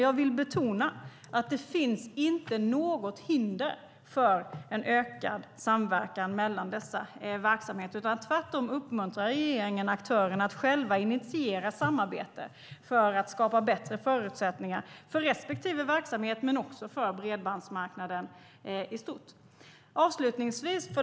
Jag vill betona att det inte finns något hinder för en ökad samverkan mellan dessa verksamheter. Tvärtom uppmuntrar regeringen aktörerna att själva initiera samarbete för att skapa bättre förutsättningar för respektive verksamhet och för bredbandsmarknaden i stort.